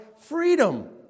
freedom